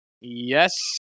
Yes